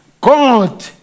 God